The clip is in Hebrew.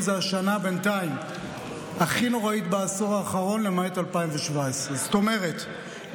בינתיים זו השנה הכי נוראית בעשור האחרון למעט 2017. זאת אומרת,